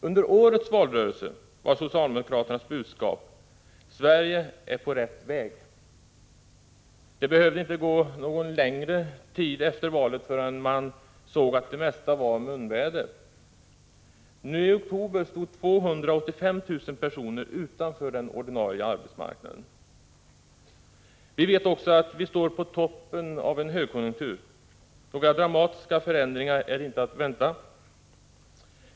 Under årets valrörelse var socialdemokraternas budskap: Sverige är på rätt väg. Det behövde inte gå någon längre tid efter valet förrän man såg att det mest var munväder. Nu i oktober stod 285 000 personer utanför den ordinarie arbetsmarknaden. Vi vet också att vi befinner oss på toppen av högkonjunkturen. Några dramatiska förändringar är inte att vänta.